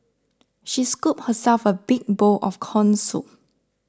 she scooped herself a big bowl of Corn Soup